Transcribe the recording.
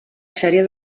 sèrie